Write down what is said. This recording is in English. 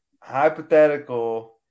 hypothetical